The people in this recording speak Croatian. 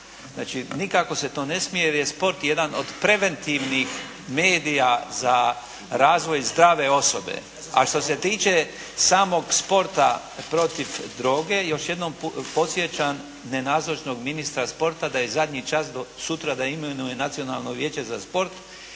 Znači, nikako se to ne smije jer je sport jedan od preventivnih medija za razvoj zdrave osobe. A što se tiče samog sporta protiv droge. Još jednom podsjećam nenazočnog ministra sporta da je zadnji čas sutra da imenuje nacionalno vijeće za sport